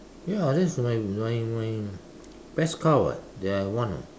ya that's my my my best car [what] that I won [what]